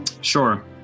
Sure